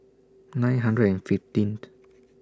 nine hundred and fifteenth